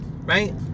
Right